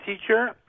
teacher